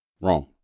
Wrong